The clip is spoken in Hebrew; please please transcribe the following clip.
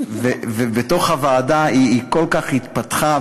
ובתוך הוועדה היא כל כך התפתחה,